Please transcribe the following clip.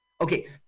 okay